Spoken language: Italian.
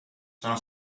sono